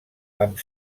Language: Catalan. amb